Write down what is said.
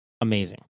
amazing